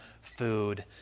food